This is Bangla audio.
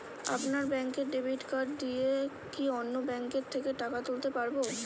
আপনার ব্যাংকের ডেবিট কার্ড দিয়ে কি অন্য ব্যাংকের থেকে টাকা তুলতে পারবো?